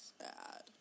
Sad